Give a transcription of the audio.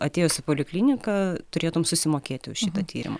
atėjus į polikliniką turėtum susimokėti už šitą tyrimą